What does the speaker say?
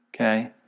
Okay